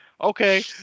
Okay